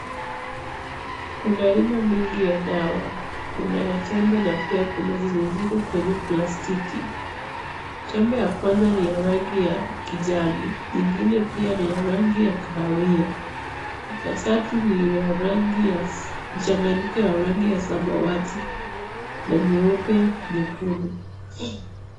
Kuna aina mingi ya dawa, kuna ya tembe na pia kuna zenye ziko kwenye plastiki, tembe ya kwanza ni ya rangi ya kijani, nyingine pia ni ya rangi ya kahawia ya tatu ni ya rangi ya machanganyiko ya rangi ya samawati na nyeupe, nyekundu.